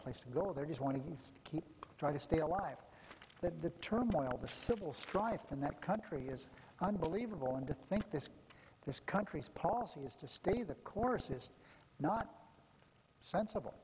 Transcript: place to go they just want to try to stay alive that the turmoil the civil strife in that country is unbelievable and to think this this country to stay the course is not sensible